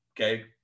Okay